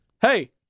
hey